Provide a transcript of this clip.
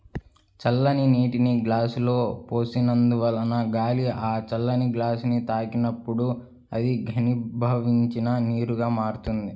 చల్లటి నీటిని గ్లాసులో పోసినందువలన గాలి ఆ చల్లని గ్లాసుని తాకినప్పుడు అది ఘనీభవించిన నీరుగా మారుతుంది